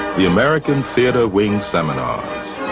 the american theatre wing seminars